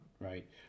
right